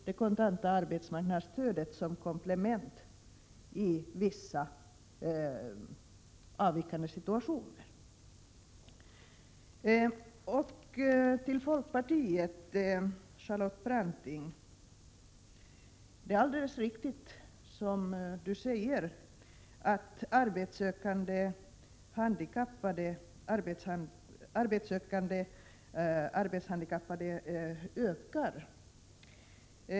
Det kontanta arbetsmarknadsstödet finns dessutom som komplement i vissa speciella situationer. Till folkpartiets Charlotte Branting: Det är helt riktigt att antalet arbetssökande arbetshandikappade ökar.